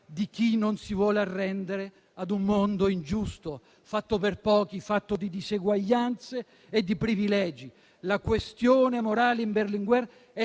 di chi non si vuole arrendere ad un mondo ingiusto, fatto per pochi, fatto di diseguaglianze e di privilegi. La questione morale in Berlinguer è